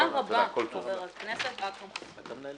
הישיבה ננעלה